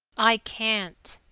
i can't,